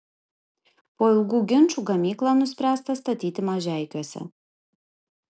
po ilgų ginčų gamyklą nuspręsta statyti mažeikiuose